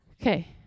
Okay